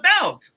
belt